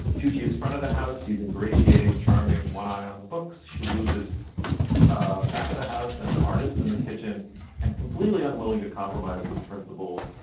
tucci is front of the house. he's ingratiating, charming one eye on the books. shalhoub is ah back at the house, an artist in the kitchen and completely unwilling to compromise his principles.